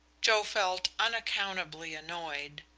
joe felt unaccountably annoyed.